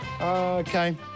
Okay